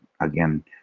again